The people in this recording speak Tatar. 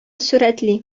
сурәтли